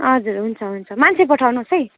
हजुर हुन्छ हुन्छ मान्छे पठाउनुहोस् है